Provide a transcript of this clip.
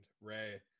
Ray